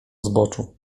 zboczu